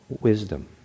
wisdom